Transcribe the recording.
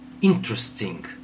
interesting